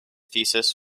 thesis